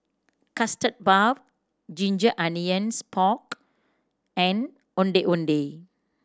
Custard Puff ginger onions pork and Ondeh Ondeh